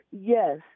Yes